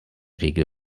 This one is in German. regel